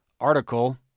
article